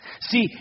See